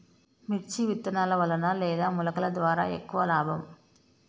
మిర్చి విత్తనాల వలన లేదా మొలకల ద్వారా ఎక్కువ లాభం?